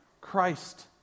Christ